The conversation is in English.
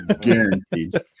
Guaranteed